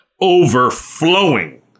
overflowing